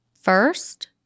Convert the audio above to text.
first